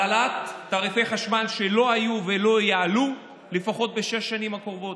על העלאת תעריפי חשמל שלא יהיו ולא יעלו לפחות בשש השנים הקרובות.